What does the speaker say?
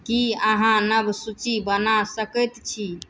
कि अहाँ नव सूची बना सकै छी